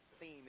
theme